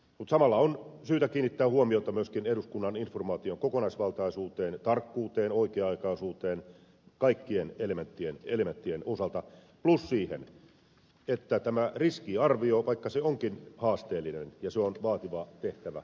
mutta samalla on syytä kiinnittää huomiota myöskin eduskunnan informaation kokonaisvaltaisuuteen tarkkuuteen oikea aikaisuuteen kaikkien elementtien osalta plus siihen että kyllä eduskunnalla täytyy olla selkeä kuva näiden missioiden riskiarviosta vaikka se onkin haasteellinen ja vaativa tehtävä